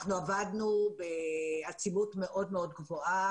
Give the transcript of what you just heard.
אנחנו עבדנו בעצימות מאוד גבוהה,